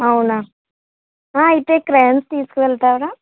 అవునా అయితే క్రేయాన్స్ తీసుకు వెళ్తారా